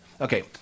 Okay